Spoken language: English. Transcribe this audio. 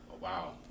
Wow